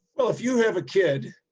well, if you have a kid,